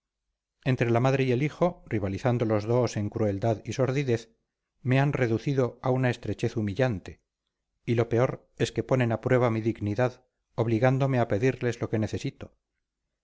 entre la madre y el hijo rivalizando los dos en crueldad y sordidez me han reducido a una estrechez humillante y lo peor es que ponen a prueba mi dignidad obligándome a pedirles lo que necesito